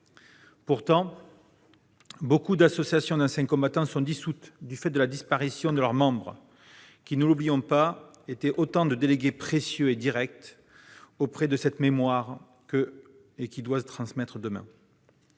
Cependant, beaucoup d'associations d'anciens combattants sont dissoutes du fait de la disparition de leurs membres, qui, ne l'oublions pas, étaient autant de délégués précieux et directs de cette mémoire dont la transmission doit